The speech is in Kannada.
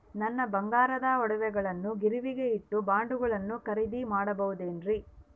ನನ್ನ ಬಂಗಾರದ ಒಡವೆಗಳನ್ನ ಗಿರಿವಿಗೆ ಇಟ್ಟು ಬಾಂಡುಗಳನ್ನ ಖರೇದಿ ಮಾಡಬಹುದೇನ್ರಿ?